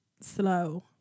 slow